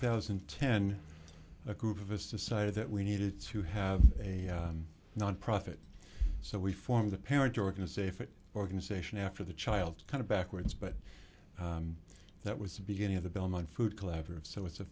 thousand and ten a group of us decided that we needed to have a nonprofit so we formed the parent organization organization after the child kind of backwards but that was the beginning of the belmont food clever so it's a